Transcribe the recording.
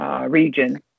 region